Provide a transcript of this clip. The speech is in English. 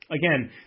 again